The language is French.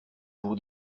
pour